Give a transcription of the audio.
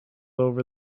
over